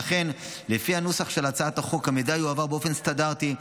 ולכן לפי הנוסח של הצעת החוק המידע יועבר באופן סטנדרטי,